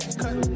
cut